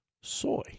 soy